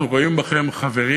אנחנו רואים בכם חברים